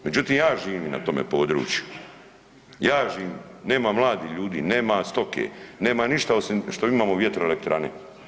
Međutim, ja živim na tome području, ja živim, nema mladih ljudi, nema stoke, nema ništa osim što imamo vjetroelektrane.